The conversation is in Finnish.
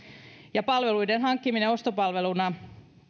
ja palveluiden hankkiminen ostopalveluna